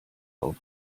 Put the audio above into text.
auf